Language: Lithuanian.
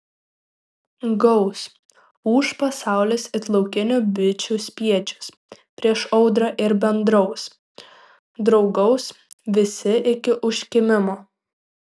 gaus ūš pasaulis it laukinių bičių spiečius prieš audrą ir bendraus draugaus visi iki užkimimo